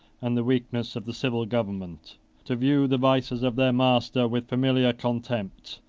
and the weakness of the civil government to view the vices of their masters with familiar contempt,